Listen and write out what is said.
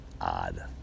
odd